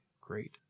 great